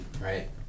right